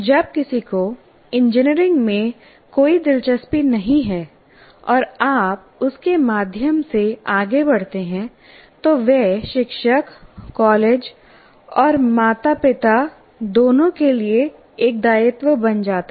जब किसी को इंजीनियरिंग में कोई दिलचस्पी नहीं है और आप उसके माध्यम से आगे बढ़ते हैं तो वह शिक्षक कॉलेज और माता पिता दोनों के लिए एक दायित्व बन जाता है